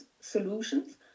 solutions